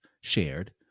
shared